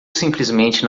simplesmente